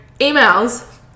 emails